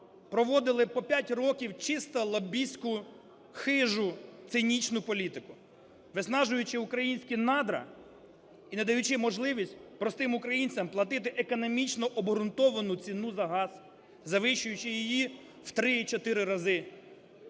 проводили по 5 років чисто лобістську, хижу, цинічну політику, виснажуючи українські надра і не даючи можливість простим українцям платити економічно обґрунтовану ціну за газ, завищуючи її в три